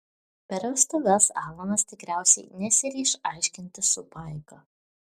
per vestuves alanas tikriausiai nesiryš aiškintis su paika